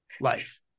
life